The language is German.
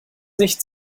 nicht